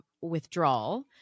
withdrawal